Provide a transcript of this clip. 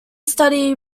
study